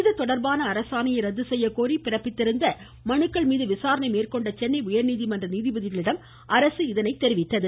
இதுதொடர்பான அரசாணையை ரத்து செய்யக்கோரி பிறப்பித்திருந்த மனுக்கள் மீது விசாரணை மேற்கொண்ட சென்னை உயா்நீதிமன்ற நீதிபதிகளிடம் அரசு இதனை தெரிவித்துள்ளது